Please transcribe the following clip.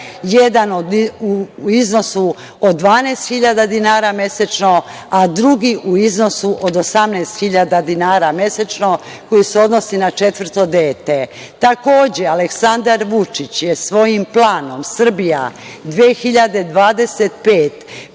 jedan u iznosu od 12.000 dinara mesečno, a drugi u iznosu od 18.000 dinara mesečno koji se odnosi na četvrto dete. Takođe, Aleksandar Vučić je svojim planom „Srbija 2025.“